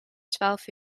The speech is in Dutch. twaalf